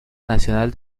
nacional